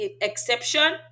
exception